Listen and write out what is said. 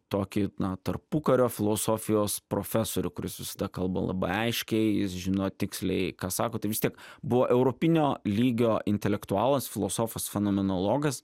tokį na tarpukario filosofijos profesorių kuris visada kalba labai aiškiai žino tiksliai ką sako tai vis tiek buvo europinio lygio intelektualas filosofas fenomenologas